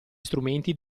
strumenti